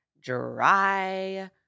dry